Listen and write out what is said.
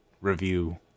review